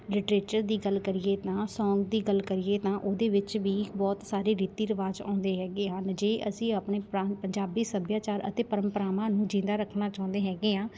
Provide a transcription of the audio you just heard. literature ਦੀ ਗੱਲ ਕਰੀਏ ਤਾਂ ਸੌਂਗ ਦੀ ਗੱਲ ਕਰੀਏ ਤਾਂ ਉਹਦੇ ਵਿੱਚ ਵੀ ਬਹੁਤ ਸਾਰੇ ਰੀਤੀ ਰਿਵਾਜ਼ ਆਉਂਦੇ ਹੈਗੇ ਹਨ ਜੇ ਅਸੀਂ ਆਪਣੇ ਪੰਜਾਬੀ ਸੱਭਿਆਚਾਰ ਅਤੇ ਪਰੰਪਰਾਵਾਂ ਨੂੰ ਜਿੰਦਾ ਰੱਖਣਾ ਚਾਹੁੰਦੇ ਹੈਗੇ ਹਾਂ